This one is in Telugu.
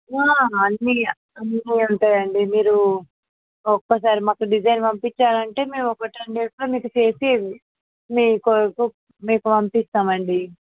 ఆ అన్నీఅన్నీ ఉంటాయి అండి మీరు ఒక్కసారి మాకు డిజైన్ పంపించారు అంటే మేము ఒక టెన్ డేస్లో మీకు చేసి మీకు మీకు పంపిస్తాము అండి